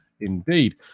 indeed